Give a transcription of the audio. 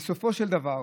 בסופו של דבר.